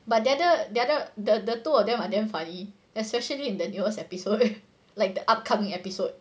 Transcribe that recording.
but the other the other the the two of them are damn funny especially in the newest episode like the upcoming episode